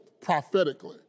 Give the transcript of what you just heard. prophetically